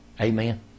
Amen